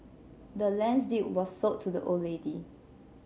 the land's deed was sold to the old lady